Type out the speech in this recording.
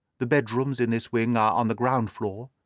the bedrooms in this wing are on the ground floor,